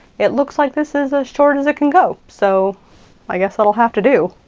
it looks like this is as short as it can go, so i guess that'll have to do.